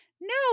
No